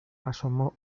asomó